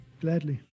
Gladly